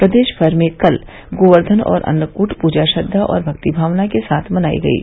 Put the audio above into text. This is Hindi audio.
प्रदेश भर में कल गोवर्धन और अन्नकूट पूजा श्रद्वा और भक्ति भावना के साथ मनाई गयी